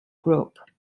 group